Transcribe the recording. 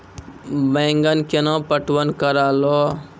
बैंगन केना पटवन करऽ लो?